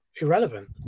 irrelevant